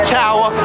tower